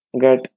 get